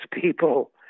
people